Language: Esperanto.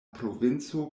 provinco